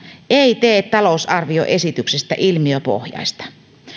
ei tee talousarvioesityksestä ilmiöpohjaista